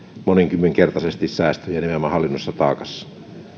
monikymmenkertaisesti säästöjä nimenomaan hallinnollisessa taakassa